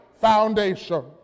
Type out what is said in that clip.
foundation